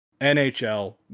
NHL